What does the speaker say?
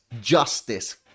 justice